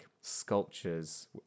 sculptures